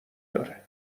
داره